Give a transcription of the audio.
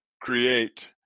create